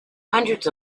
hundreds